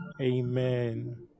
Amen